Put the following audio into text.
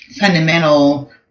fundamental